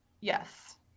Yes